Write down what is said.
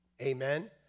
Amen